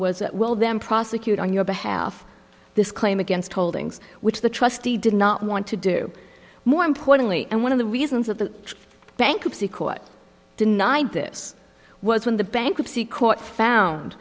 was well them prosecute on your behalf this claim against holdings which the trustee did not want to do more importantly and one of the reasons that the bankruptcy court denied this was when the bankruptcy court found